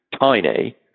tiny